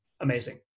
Amazing